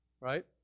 Right